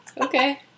Okay